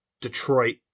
Detroit